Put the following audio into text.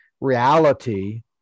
reality